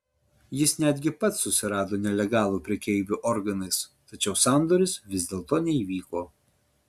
jis netgi pats susirado nelegalų prekeivį organais tačiau sandoris vis dėlto neįvyko